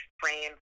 frame